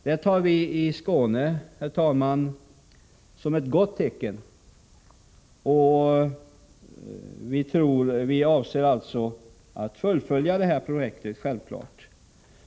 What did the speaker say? Detta tar vi i Skåne, herr talman, som ett gott tecken, och vi avser självfallet att fullfölja det här projektet.